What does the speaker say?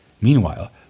Meanwhile